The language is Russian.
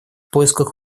поисках